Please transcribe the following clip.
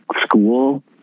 school